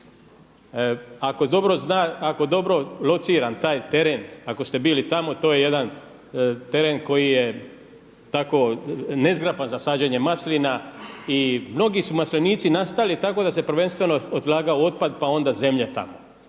Ako dobro lociram taj teren, ako ste bili tamo to je jedan teren koji je tako nezgrapan za sađenje maslina i mnogi su maslinici nastali tako da se prvenstveno odlagao otpad pa onda zemlja tamo.